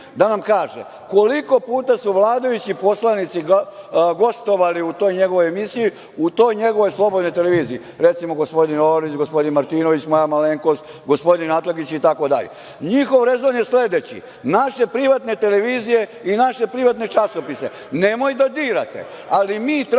da nam kaže koliko puta su vladajući poslanici gostovali u toj njegovoj emisiji, u toj njegovoj slobodnoj televiziji, recimo, gospodin Orlić, gospodin Martinović, moja malenkost, gospodin Atlagić itd. Njihov je rezon sledeći - naše privatne televizije i naše privatne časopise nemojte da dirate, ali mi tražimo